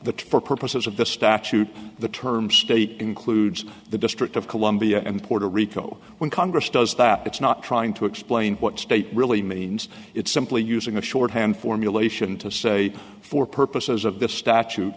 that for purposes of the staff the term state includes the district of columbia and puerto rico when congress does that it's not trying to explain what state really means it's simply using a shorthand formulation to say for purposes of the statute